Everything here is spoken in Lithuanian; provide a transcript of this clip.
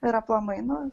ir aplamai nu